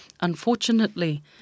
Unfortunately